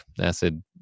acid